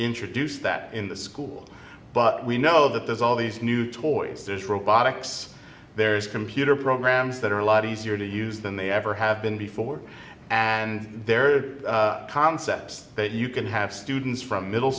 introduce that in the school but we know that there's all these new toys there's robotics there's computer programs that are a lot easier to use than they ever have been before and there are concepts that you can have students from middle